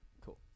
Cool